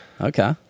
okay